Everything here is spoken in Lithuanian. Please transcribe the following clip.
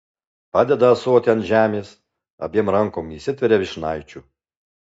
padeda ąsotį ant žemės abiem rankom įsitveria vyšnaičių